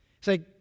Say